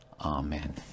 amen